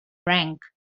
rank